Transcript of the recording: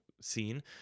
scene